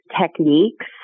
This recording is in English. techniques